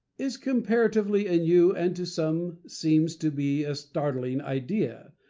is comparatively a new, and to some seems to be a startling, idea,